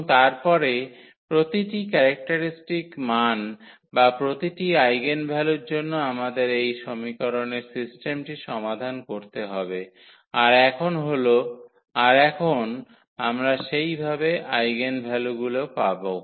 এবং তারপরে প্রতিটি ক্যারেক্টারিস্টিক মান বা প্রতিটি আইগেনভ্যালুর জন্য আমাদের সেই সমীকরণের সিস্টেমটি সমাধান করতে হবে আর এখন আমরা সেইভাবে আইগেনভেক্টরগুলি পাব